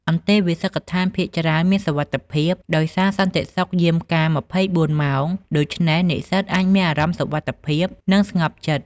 អន្តេវាសិកដ្ឋានភាគច្រើនមានសុវត្ថិភាព ដោយសារសន្តិសុខយាមកាម ២៤ ម៉ោង ដូច្នេះនិស្សិតអាចមានអារម្មណ៍សុវត្ថិភាព និងស្ងប់ចិត្ត។